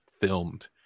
filmed